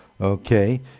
Okay